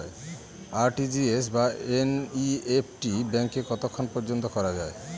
RTGS বা NEFT ব্যাংকে কতক্ষণ পর্যন্ত করা যায়?